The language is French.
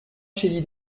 chély